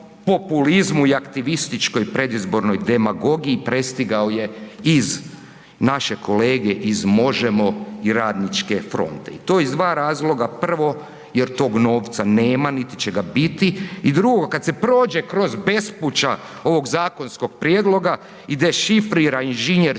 i aktivističkoj predizbornoj demagogiji prestigao je iz, naše kolege iz Možemo i Radničke fronte i to iz dva razloga. Prvo jer tog novca nema, niti će ga biti. I drugo, kad se prođe kroz bespuća ovog zakonskog prijedloga i dešifrira inženjerski